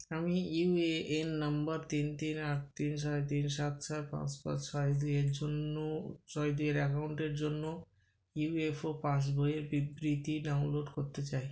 আমি U A N নম্বর তিন তিন আট তিন ছয় তিন সাত সাত পাঁচ পাঁচ ছয় দুই এর জন্য ছয় দুইয়ের অ্যাকাউন্টের জন্য ইউ এফ ও পাসবইয়ের বিবৃতি ডাউনলোড করতে চাই